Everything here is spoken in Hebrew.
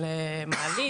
למעלית